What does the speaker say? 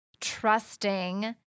Trusting